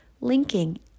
linking